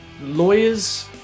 lawyers